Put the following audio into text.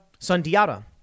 Sundiata